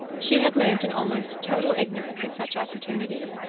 she had lived in almost total ignorance of such opportunities,